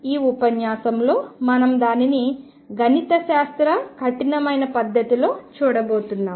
ఈ ఉపన్యాసంలో మనం దానిని గణితశాస్త్ర కఠినమైన పద్ధతిలో చూడబోతున్నాం